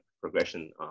progression